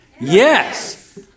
Yes